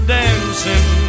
dancing